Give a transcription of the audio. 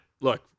look